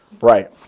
Right